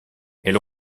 elle